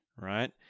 right